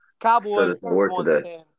Cowboys